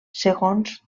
segons